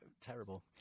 Terrible